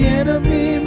enemy